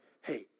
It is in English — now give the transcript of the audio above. hey